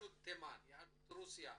יהדות תימן, יהדות רוסיה.